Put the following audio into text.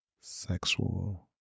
sexual